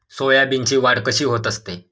सोयाबीनची वाढ कशी होत असते?